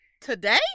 Today